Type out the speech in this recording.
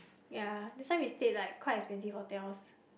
ya that's why we stayed like quite expensive hotels